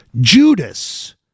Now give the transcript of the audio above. Judas